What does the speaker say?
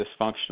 dysfunctional